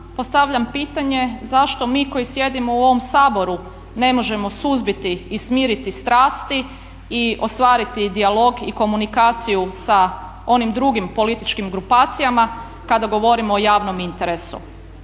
postavljam pitanje zašto mi koji sjedimo u ovom Saboru ne možemo suzbiti i smiriti strasti i ostvariti dijalog i komunikaciju sa onim drugim političkim grupacijama kada govorimo o javnom interesu?